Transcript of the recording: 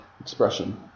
expression